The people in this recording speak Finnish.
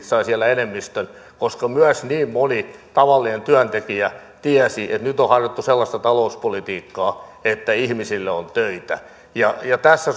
saivat siellä enemmistön koska myös niin moni tavallinen työntekijä tiesi että nyt on harjoitettu sellaista talouspolitiikkaa että ihmisille on töitä ja tässä